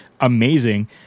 amazing